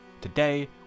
Today